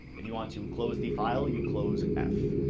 if you want to close the file, you close f.